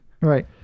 Right